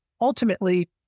Ultimately